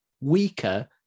weaker